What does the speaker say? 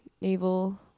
naval